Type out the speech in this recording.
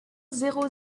zéro